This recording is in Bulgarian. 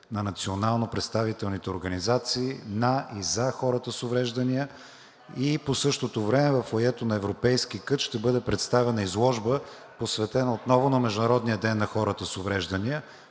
на национално представителните организации на и за хората с увреждания и по същото време във фоайето на европейски кът ще бъде представена изложба, посветена отново на Международния ден на хората с увреждания.